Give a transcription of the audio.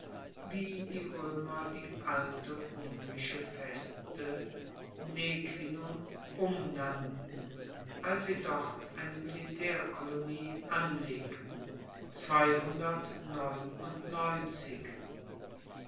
wie die roemer die alte umbrische feste nequinum umnannten als sie dort eine militaerkolonie anlegten